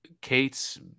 Kate's